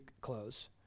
close